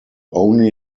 only